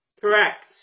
Correct